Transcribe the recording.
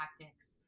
tactics